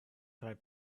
thought